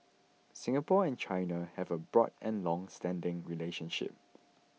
Singapore and China have a broad and longstanding relationship